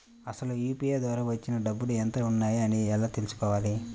అసలు యూ.పీ.ఐ ద్వార వచ్చిన డబ్బులు ఎంత వున్నాయి అని ఎలా తెలుసుకోవాలి?